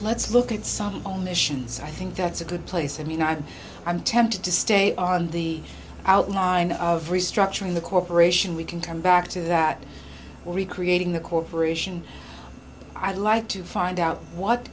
let's look at some omissions i think that's a good place i mean i'm i'm tempted to stay on the outline of restructuring the corporation we can come back to that recreating the corporation i'd like to find out what